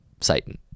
Satan